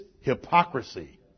hypocrisy